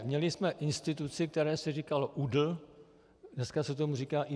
Měli jsme instituci, které se říkalo ÚDL, dneska se tomu říká IPVZ.